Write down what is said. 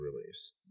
release